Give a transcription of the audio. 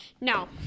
no